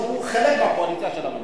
הוא חלק מהקואליציה של הממשלה,